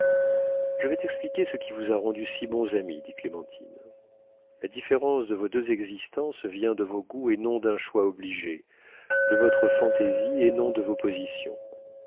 je vais t'expliquer ce qui vous a rendus si bons amis dit clémentine la différence de vos deux existences vient de vos goûts et non d'un choix obligé de votre fantaisie et non de vos positions